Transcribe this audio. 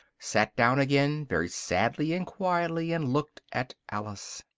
sat down again very sadly and quietly, and looked at alice.